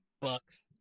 bucks